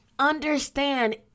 understand